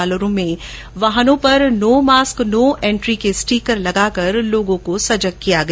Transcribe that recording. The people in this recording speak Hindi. जालौर में वाहनों पर नो मास्क नो एन्ट्री के स्टीकर लगाकर लोगों को सजग किया गया